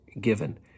given